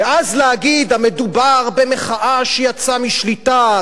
ואז להגיד: מדובר במחאה שיצאה משליטה,